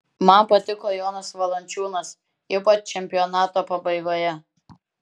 man patiko jonas valančiūnas ypač čempionato pabaigoje